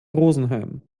rosenheim